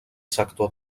sector